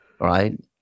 Right